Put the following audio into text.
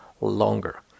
longer